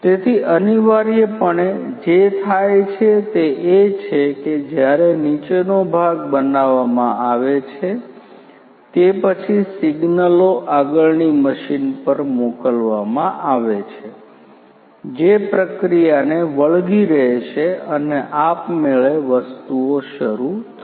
તેથી અનિવાર્યપણે જે થાય છે તે એ છે કે જ્યારે નીચેનો ભાગ બનાવવામાં આવે છે તે પછી સિગ્નલો આગળની મશીન પર મોકલવામાં આવે છે જે પ્રક્રિયાને વળગી રહેશે અને આપમેળે વસ્તુઓ શરૂ થશે